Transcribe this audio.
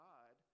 God